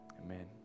Amen